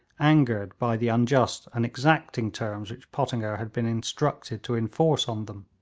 angered by the unjust and exacting terms which pottinger had been instructed to enforce on them.